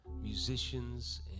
musicians